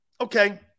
Okay